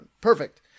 Perfect